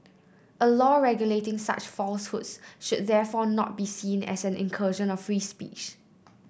a law regulating such falsehoods should therefore not be seen as an incursion of free speech